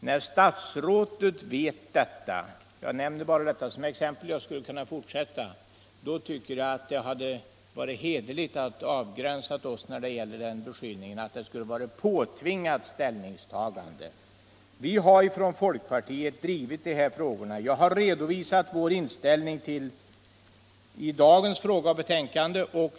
När statsrådet vet detta — jag nämner bara dessa exempel; jag skulle kunna fortsätta uppräkningen — då tycker jag att det hade varit hederligt att undanta vårt parti från beskyllningen att det skulle vara fråga om ett påtvingat ställningstagande. Vi har från folkpartiet drivit de här frå gorna, och jag har redovisat vår inställning i det ärende som vi i dag behandlar.